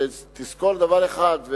תזכור דבר אחד,